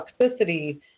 toxicity